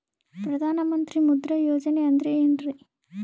ಪ್ರಧಾನ ಮಂತ್ರಿ ಮುದ್ರಾ ಯೋಜನೆ ಅಂದ್ರೆ ಏನ್ರಿ?